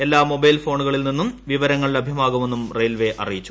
എല്ലാ മൊബൈൽ ഫോണുകളിൽ നിന്നും വിവരങ്ങൾ ലഭ്യമാകുമെന്നും റെയിൽവേ അറിയിച്ചു